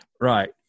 Right